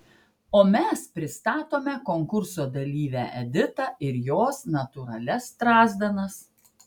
o mes pristatome konkurso dalyvę editą ir jos natūralias strazdanas